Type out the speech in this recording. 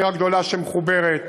העיר הגדולה שמחוברת,